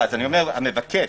אני אומר המבקש.